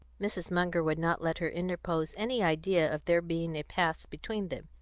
mrs. munger would not let her interpose any idea of there being a past between them.